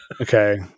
okay